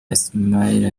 ismaila